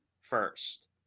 first